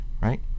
right